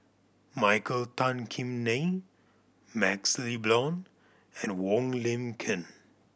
Michael Tan Kim Nei MaxLe Blond and Wong Lin Ken